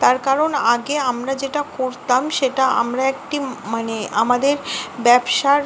তার কারণ আগে আমরা যেটা করতাম সেটা আমরা একটি মানে আমাদের ব্যবসার